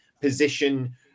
position